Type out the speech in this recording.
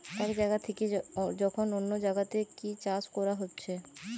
এক জাগা থিকে যখন অন্য জাগাতে কি চাষ কোরা হচ্ছে